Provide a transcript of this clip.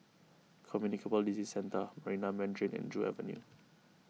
Communicable Disease Centre Marina Mandarin and Joo Avenue